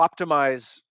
optimize